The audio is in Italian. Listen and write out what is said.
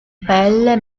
pelle